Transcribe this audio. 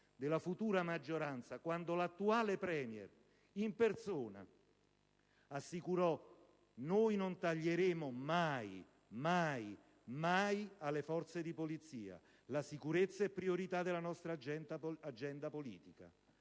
della futura maggioranza, quando l'attuale *Premier* in persona assicurò: «Noi non taglieremo mai, mai, mai alle forze di polizia; la sicurezza è priorità della nostra agenda politica».